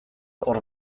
hor